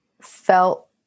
felt